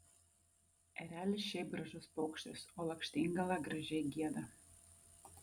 erelis šiaip gražus paukštis o lakštingala gražiai gieda